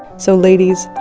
so ladies,